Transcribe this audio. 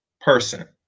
person